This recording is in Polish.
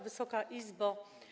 Wysoka Izbo!